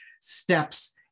steps